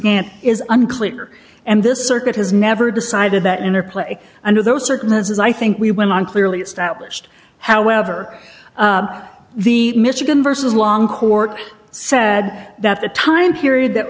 began is unclear and this circuit has never decided that interplay under those circumstances i think we went on clearly established however the michigan versus long court said that the time period that